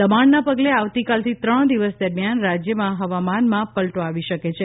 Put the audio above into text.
દબાણના પગલે આવતીકાલથી ત્રણ દિવસ દામિયાન રાજ્યમાં હવામાનમાં પલટો આવી શકે છે